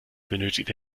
benötigt